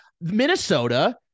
Minnesota